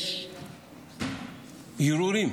יש הרהורים